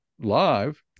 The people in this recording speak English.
live